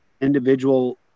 individual